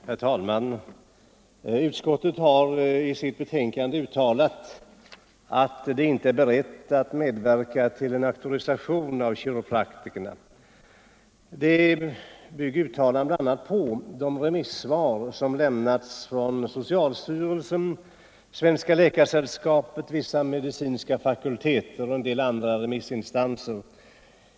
Herr talman! Utskottet har i sitt betänkande uttalat att det inte är berett att medverka till en auktorisation av kiropraktorerna. Detta uttalande bygger bl.a. på de remissvar som lämnas från socialstyrelsen, Svenska läkaresällskapet, vissa medicinska fakulteter och en del andra remissinstanser.